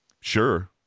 Sure